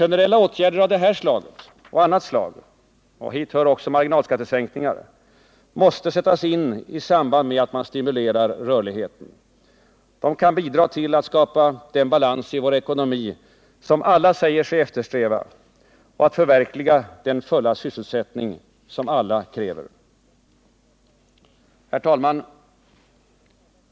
Generella åtgärder av detta och annat slag — och hit hör också marginalskattesänkningar — måste sättas in i samband med att rörligheten stimuleras. Sådana åtgärder kan bidra till att skapa den balans i vår ekonomi som alla säger sig eftersträva och att förverkliga den fulla sysselsättning som alla kräver. Herr talman!